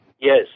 Yes